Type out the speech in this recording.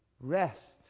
rest